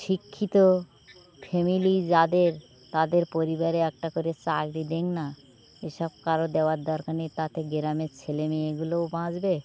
শিক্ষিত ফ্যামিলি যাদের তাদের পরিবারে একটা করে চাকরি দিক না এসব কারো দেওয়ার দরকার নেই তাতে গ্রামের ছেলেমেয়েগুলোও বাঁচবে